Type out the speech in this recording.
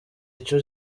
ico